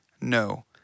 no